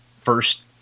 first